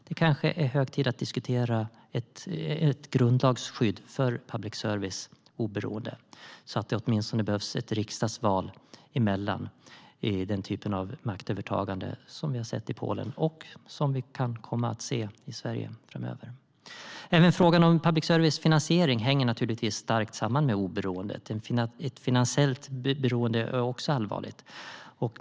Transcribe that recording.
Det kanske är hög tid att diskutera ett grundlagsskydd för public services oberoende, så att det åtminstone behövs ett riksdagsval före den typen av maktövertagande som vi har sett i Polen och som vi kan komma att se i Sverige framöver. Även frågan om public services finansiering hänger naturligtvis starkt samman med oberoendet. Ett finansiellt beroende är också allvarligt.